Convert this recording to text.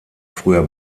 früher